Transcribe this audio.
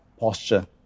Posture